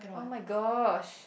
oh-my-gosh